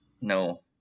No